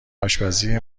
آشپزی